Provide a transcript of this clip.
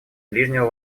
ближнего